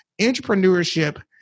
entrepreneurship